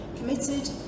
Committed